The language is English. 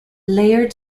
layered